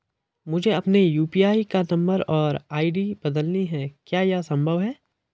मुझे अपने यु.पी.आई का नम्बर और आई.डी बदलनी है क्या यह संभव है?